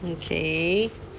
okay